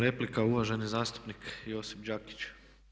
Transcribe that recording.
Replika uvaženi zastupnik Josip Đakić.